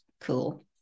cool